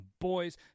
boys